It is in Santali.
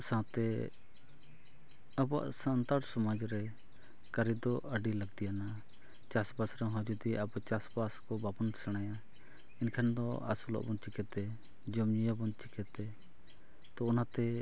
ᱥᱟᱶᱛᱮ ᱟᱵᱚᱣᱟᱜ ᱥᱟᱱᱛᱟᱲ ᱥᱚᱢᱟᱡᱽ ᱨᱮ ᱠᱟᱹᱨᱤ ᱫᱚ ᱟᱹᱰᱤ ᱞᱟᱹᱠᱛᱤᱭᱟᱱᱟ ᱪᱟᱥᱵᱟᱥ ᱨᱮᱦᱚᱸ ᱡᱩᱫᱤ ᱟᱵᱚ ᱪᱟᱥᱵᱟᱥ ᱠᱚ ᱵᱟᱵᱚᱱ ᱥᱮᱬᱟᱭᱟ ᱮᱱᱠᱷᱟᱱ ᱫᱚ ᱟᱹᱥᱩᱞᱚᱜᱼᱟ ᱵᱚᱱ ᱪᱤᱠᱟᱹᱛᱮ ᱡᱚᱢ ᱧᱩᱭᱟᱵᱚᱱ ᱪᱤᱠᱟᱹᱛᱮ ᱛᱚ ᱚᱱᱟᱛᱮ